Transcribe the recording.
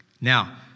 Now